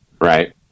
Right